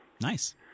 Nice